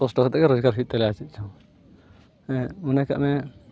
ᱠᱚᱥᱴᱚ ᱠᱟᱛᱮ ᱜᱮ ᱨᱳᱡᱽᱜᱟᱨ ᱦᱩᱭᱩᱜ ᱛᱟᱞᱮᱭᱟ ᱟᱨ ᱪᱮᱫᱪᱚᱝ ᱢᱚᱱᱮᱠᱟᱜ ᱢᱮ